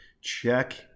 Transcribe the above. Check